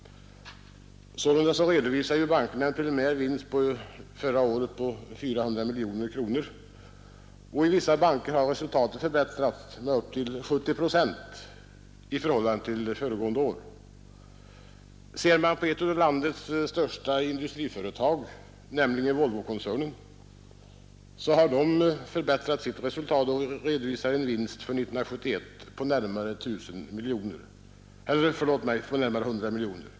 Sålunda redovisar bankerna en preliminär vinst förra året på 400 miljoner kronor. I vissa banker har resultatet förbättrats med upp till 70 procent i förhållande till föregående år. Ser man på ett av landets största industriföretag, nämligen Volvokoncernen, finner man att detta förbättrat sitt resultat och redovisar en vinst för 1971 på närmare 100 miljoner.